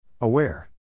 Aware